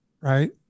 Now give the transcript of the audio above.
Right